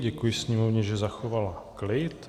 Děkuji sněmovně, že zachovala klid.